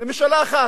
למשאלה אחת.